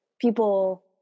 people